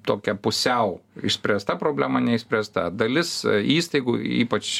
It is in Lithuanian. tokia pusiau išspręsta problema neišspręsta dalis įstaigų ypač